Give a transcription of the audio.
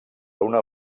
una